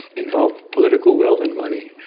involve political will and money.